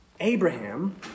Abraham